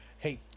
Hey